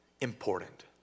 important